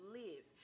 live